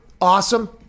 awesome